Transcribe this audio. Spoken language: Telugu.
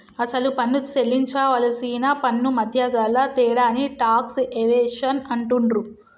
అసలు పన్ను సేల్లించవలసిన పన్నుమధ్య గల తేడాని టాక్స్ ఎవేషన్ అంటుండ్రు